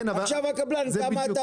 וצריך לראות עכשיו כמה הקבלן בונה.